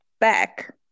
Back